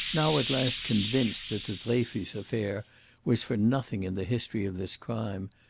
now at last convinced that the dreyfus affair was for nothing in the history of this crime,